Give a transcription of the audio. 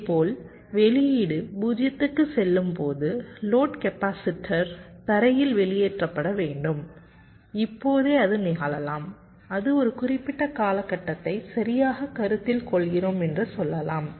இதேபோல் வெளியீடு 0 க்குச் செல்லும்போது லோட் கேபாசிடர் தரையில் வெளியேற்றப்பட வேண்டும் இப்போதே அது நிகழலாம் அது ஒரு குறிப்பிட்ட காலகட்டத்தை சரியாகக் கருத்தில் கொள்கிறோம் என்று சொல்லலாம்